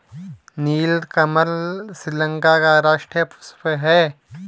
नीलकमल श्रीलंका का राष्ट्रीय पुष्प है